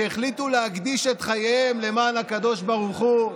שהחליטו להקדיש את חייהם למען הקדוש ברוך הוא,